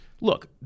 Look